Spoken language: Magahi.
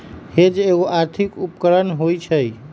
हेज एगो आर्थिक उपकरण होइ छइ